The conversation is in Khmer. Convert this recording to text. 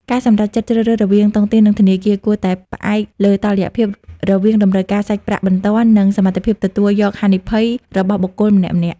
ការសម្រេចចិត្តជ្រើសរើសរវាងតុងទីន និងធនាគារ គួរតែផ្អែកលើតុល្យភាពរវាង "តម្រូវការសាច់ប្រាក់បន្ទាន់" និង "សមត្ថភាពទទួលយកហានិភ័យ" របស់បុគ្គលម្នាក់ៗ។